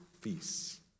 feasts